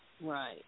right